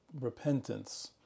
repentance